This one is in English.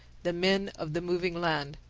the men of the moving land.